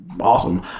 awesome